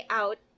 out